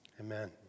amen